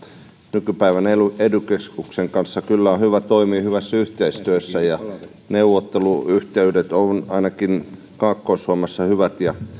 nykypäivän ely keskuksen kanssa on hyvä toimia hyvässä yhteistyössä ja neuvotteluyhteydet ovat ainakin kaakkois suomessa hyvät